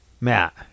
Matt